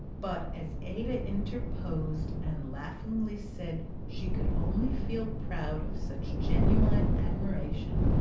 but as ada interposed and laughingly said she could only feel proud of such genuine admiration,